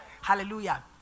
Hallelujah